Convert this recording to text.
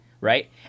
right